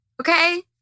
okay